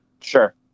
Sure